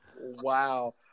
Wow